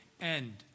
end